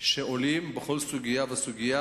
שעולות בכל סוגיה וסוגיה,